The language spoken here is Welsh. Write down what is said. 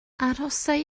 arhosai